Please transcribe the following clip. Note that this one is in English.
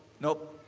nope.